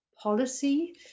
policy